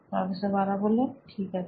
professor বালা ঠিক আছে